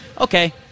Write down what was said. okay